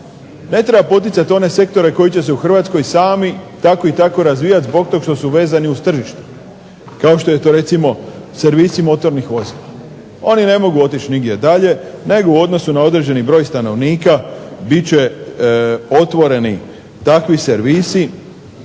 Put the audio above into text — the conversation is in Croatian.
Ne treba poticati one sektore koji će se u Hrvatskoj sami tako i tako razvijati zbog toga što su vezani uz tržište kao što je to recimo servisi motornih vozila. Oni ne mogu otići negdje dalje nego će u odnosu na određeni broj stanovnika biti će otvoreni takvi servisi